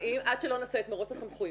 אבל עד לא נעשה את מרוץ הסמכויות,